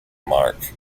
mark